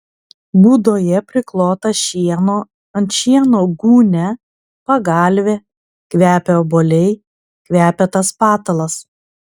būdoje priklota šieno ant šieno gūnia pagalvė kvepia obuoliai kvepia tas patalas